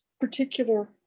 particular